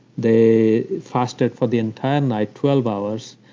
they fasted for the entire night, twelve hours.